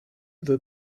that